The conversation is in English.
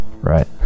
right